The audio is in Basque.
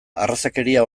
arrazakeria